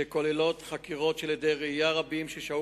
שכוללות חקירות של עדי ראייה רבים ששהו